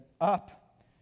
Up